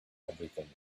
everything